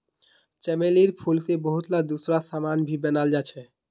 चमेलीर फूल से बहुतला दूसरा समान भी बनाल जा छे